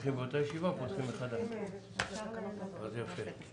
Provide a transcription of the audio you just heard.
הישיבה ננעלה בשעה 09:18.